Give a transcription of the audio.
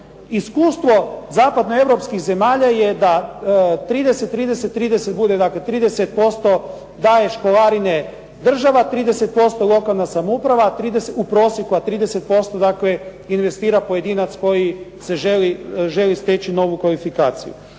Iskustvo zapadno europskih zemalja je da 30,30,30 bude dakle 30% daje školarine država, 30% lokalna samouprava, a 30% investira pojedinac koji se želi steći novu kvalifikaciju.